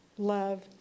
love